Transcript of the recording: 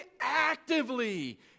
actively